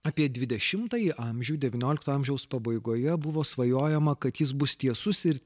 apie dvidešimtąjį amžių devyniolikto amžiaus pabaigoje buvo svajojama kad jis bus tiesus ir